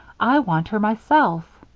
i want her myself.